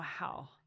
Wow